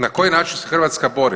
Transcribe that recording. Na koji način se Hrvatska bori?